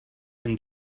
and